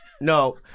no